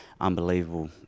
unbelievable